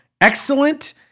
excellent